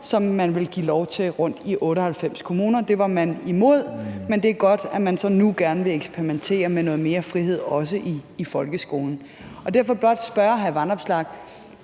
som skulle køre i 98 kommuner. Det var man imod, men det er godt, at man så nu gerne vil eksperimentere med noget mere frihed, også i folkeskolen. Jeg vil blot spørge hr. Alex Vanopslagh: